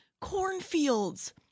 cornfields